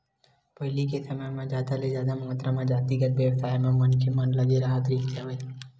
पहिली के समे म जादा ले जादा मातरा म जातिगत बेवसाय म मनखे मन लगे राहत रिहिस हवय